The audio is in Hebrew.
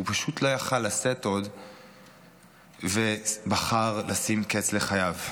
הוא פשוט לא יכול לשאת עוד ובחר לשים קץ לחייו.